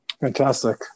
fantastic